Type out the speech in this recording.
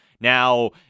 Now